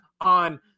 on